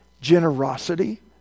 generosity